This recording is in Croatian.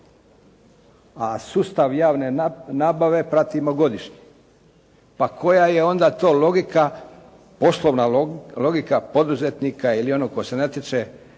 a sustav javne nabave pratimo godišnje. Pa koja je onda to logika, poslovna logika poduzetnika ili onog tko se natječe